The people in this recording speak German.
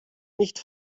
nicht